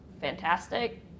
fantastic